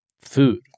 food